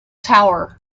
tower